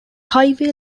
highway